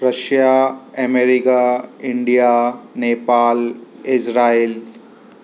Russia America India Nepal Israel